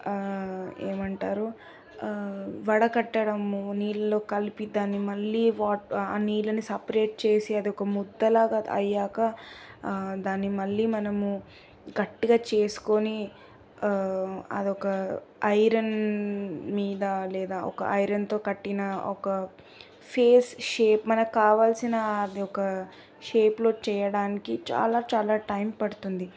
ఏమంటారు వడకట్టడము నీళ్ళలో కలిపి దాన్ని మళ్ళీ వాట్ ఆ నీళ్ళని సపరేట్ చేసి అది ఒక ముద్దలాగా అయ్యాక దానిని మళ్ళీ మనము గట్టిగా చేసుకొని అది ఒక ఐరన్ మీద లేదా ఒక ఐరన్తో కట్టిన ఒక ఫేస్ షేప్ మనకి కావాలసిన అది ఒక షేప్లో చేయడానికి చాలా చాలా టైం పడుతుంది